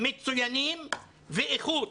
מצוינות ואיכות.